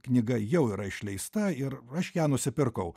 knyga jau yra išleista ir aš ją nusipirkau